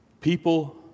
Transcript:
People